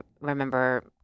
remember